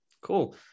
cool